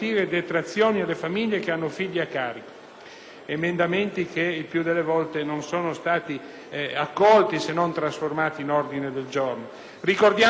Ricordiamo che la nostra proposta era di 1.200 euro per ogni famiglia con un figlio, cui sommare